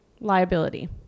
Liability